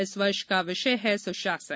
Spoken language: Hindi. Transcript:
इस वर्ष का विषय है सुशासन